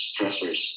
stressors